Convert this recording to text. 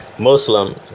Muslim